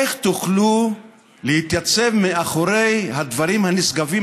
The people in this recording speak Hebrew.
איך תוכלו להתייצב מאחורי הדברים הנשגבים